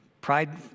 Pride